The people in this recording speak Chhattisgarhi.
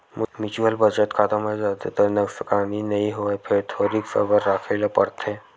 म्युचुअल बचत खाता म जादातर नसकानी नइ होवय फेर थोरिक सबर राखे ल परथे